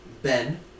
Ben